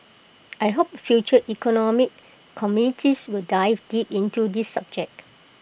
I hope future economic committees will dive deep into this subject